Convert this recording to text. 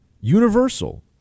universal